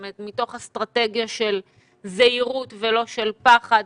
מתוך אסטרטגיה של זהירות ולא של פחד,